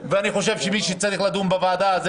אני חושב שמי שצריך לדון בהצעה זו